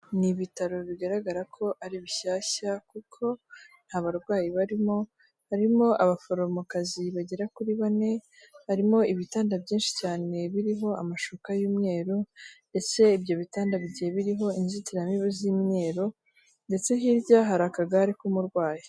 Ni ibitaro bigaragara ko ari bishyashya kuko nta barwayi barimo, harimo abaforomokazi bagera kuri bane, harimo ibitanda byinshi cyane biriho amashuka y'umweru ndetse ibyo bitanda bigiye biriho inzitiramibu z'imyeru ndetse hirya hari akagare k'umurwayi.